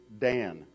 Dan